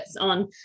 on